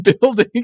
building